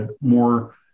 more